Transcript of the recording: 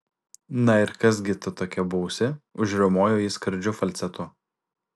na ir kas gi tu tokia būsi užriaumojo jis skardžiu falcetu